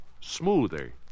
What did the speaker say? Smoother